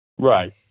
Right